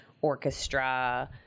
orchestra